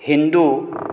Hindu